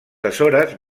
açores